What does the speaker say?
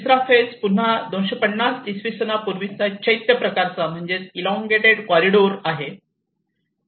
तिसरा फेज पुन्हा 250 इसवी सन वर्षांपूर्वीचा चैत्य प्रकारचा म्हणजे एलॉन्गटेड कॉरीडोर आहे